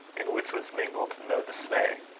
in which was mingled no dismay.